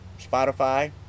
Spotify